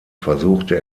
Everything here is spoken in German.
versuchte